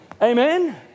Amen